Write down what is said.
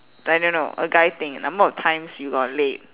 I don't know a guy thing number of times you got laid